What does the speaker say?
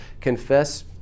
confess